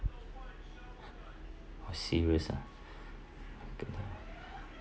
serious ah